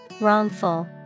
Wrongful